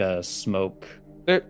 smoke